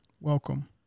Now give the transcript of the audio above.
Welcome